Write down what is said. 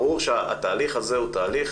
ברור שהתהליך הזה הוא תהליך